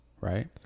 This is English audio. right